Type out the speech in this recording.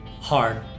hard